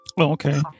okay